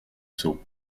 sceau